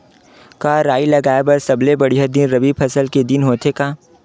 का राई लगाय बर सबले बढ़िया दिन रबी फसल के दिन होथे का?